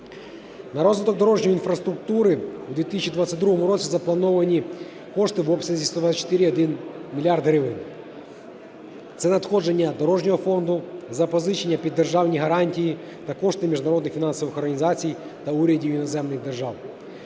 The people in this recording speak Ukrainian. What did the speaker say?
На розвиток дорожньої інфраструктури в 2022 році заплановані кошти в обсязі 124,1 мільярда гривень. Це надходження дорожнього фонду, запозичення під державні гарантії та кошти міжнародних фінансових організацій та урядів іноземних держав.